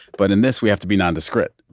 but in this, we have to be nondescript.